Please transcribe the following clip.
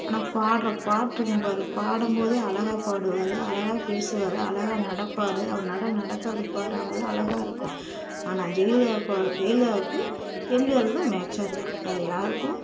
ஆனால் பாடுற பாட்டுருக்கும் பார் பாடம் போது அழகாக பாடுவார் அழகாக பேசுவார் அழகாக நடப்பாரு அவர் நடை நடக்கிறது பார் அவ்வளோ அழகாக இருக்கும் ஆனால் ஜெயலலிதா போல் ஜெயலலிதாவுக்கு எம்ஜிஆர் வந்து மேட்சாக இருக்கும் வேறே யாருக்கும்